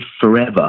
forever